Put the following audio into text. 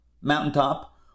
Mountaintop